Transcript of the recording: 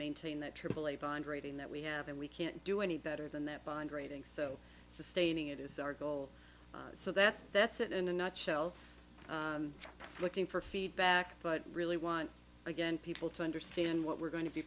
maintain that aaa bond rating that we have and we can't do any better than that bond rating so sustaining it is our goal so that's that's it in a nutshell looking for feedback but really want again people to understand what we're going to be